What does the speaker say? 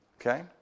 Okay